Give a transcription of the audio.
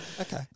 Okay